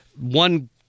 one